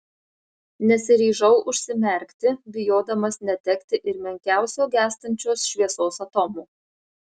nesiryžau užsimerkti bijodamas netekti ir menkiausio gęstančios šviesos atomo